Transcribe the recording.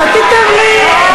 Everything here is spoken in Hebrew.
שתיתם לי.